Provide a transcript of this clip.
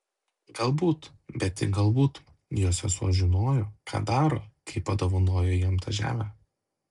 galbūt bet tik galbūt jo sesuo žinojo ką daro kai padovanojo jam tą žemę